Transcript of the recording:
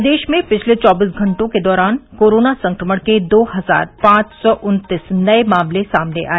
प्रदेश में पिछले चौबीस घंटों के दौरान कोरोना संक्रमण के दो हजार पांच सौ उन्तीस नए मामले सामने आए